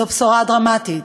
זו בשורה דרמטית,